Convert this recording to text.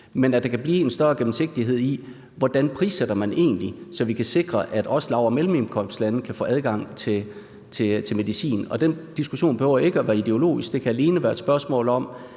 sådan at der kan blive større gennemsigtighed i, hvordan man egentlig prissætter, og så vi kan sikre, at man også i lav- og mellemindkomstlandene kan få adgang til medicin. Og den diskussion behøver ikke at være ideologisk; det kan alene være et spørgsmål om,